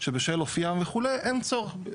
שבשל אופיים וכו' אין צורך,